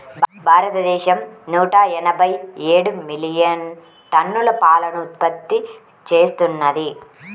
భారతదేశం నూట ఎనభై ఏడు మిలియన్ టన్నుల పాలను ఉత్పత్తి చేస్తున్నది